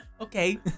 Okay